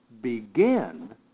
begin